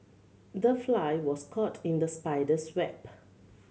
the fly was caught in the spider's web